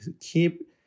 keep